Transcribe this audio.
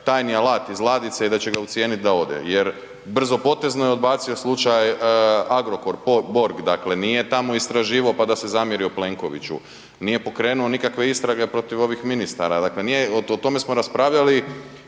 tajni alat iz ladice i da će ga ucijeniti da ode jer brzopotezno je odbacio slučaj Agrokor, Borg dakle nije tamo istraživao pa da se zamjerio Plenkoviću, nije pokrenuo nikakve istrage protiv ovih ministara, dakle o tome smo raspravljali